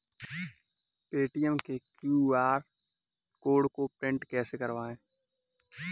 Paytm के QR code को print कैसे करवाएँ?